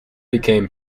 became